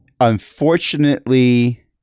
Unfortunately